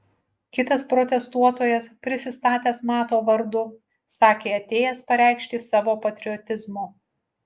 kitas protestuotojas prisistatęs mato vardu sakė atėjęs pareikšti savo patriotizmo